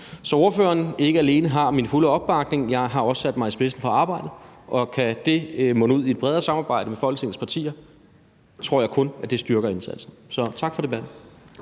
har ordføreren min fulde opbakning, jeg har også sat mig i spidsen for arbejdet, og kan det munde ud i et bredere samarbejde med Folketingets partier, tror jeg, at det kun styrker indsatsen. Så tak for debatten.